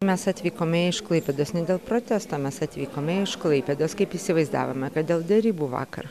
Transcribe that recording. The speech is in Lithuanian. mes atvykome iš klaipėdos ne dėl protesto mes atvykome iš klaipėdos kaip įsivaizdavome kad dėl derybų vakar